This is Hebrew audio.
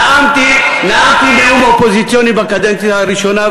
נאמתי נאום אופוזיציוני בקדנציה הראשונה,